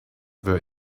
were